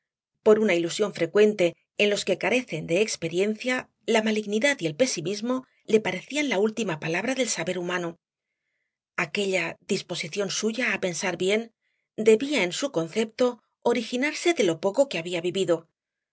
por una ilusión frecuente en los que carecen de experiencia la malignidad y el pesimismo le parecían la última palabra del saber humano aquella disposición suya á pensar bien debía en su concepto originarse de lo poco que había vivido a